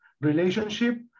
relationship